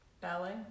Ballet